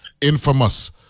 infamous